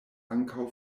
ankaŭ